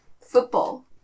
Football